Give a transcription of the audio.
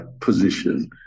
position